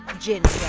ginger,